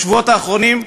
בשבועות האחרונים,